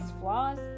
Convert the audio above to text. flaws